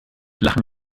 lachen